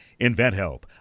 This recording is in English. InventHelp